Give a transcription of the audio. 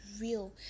real